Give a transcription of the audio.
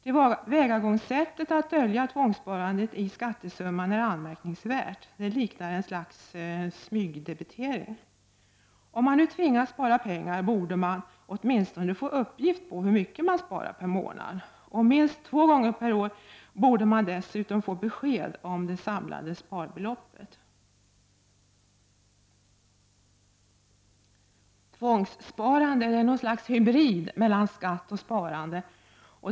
Tillvägagångssättet att dölja tvångssparandet i skattesumman är anmärkningsvärt, det liknar ett slags smygdebitering. Om man nu tvingas spara pengar borde man åtminstone få uppgift på hur mycket man sparar per månad, och minst två gånger per år borde man dessutom få besked om det samlade sparbeloppet. Tvångssparandet är något slags hybrid mellan skatt och sparande.